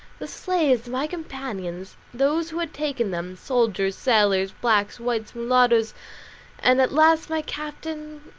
the slaves, my companions, those who had taken them, soldiers, sailors, blacks, whites, mulattoes, and at last my captain,